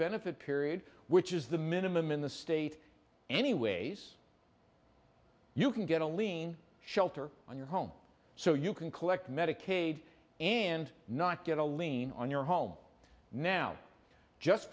benefit period which is the minimum in the state anyways you can get a lien shelter on your home so you can collect medicaid and not get a lien on your home now just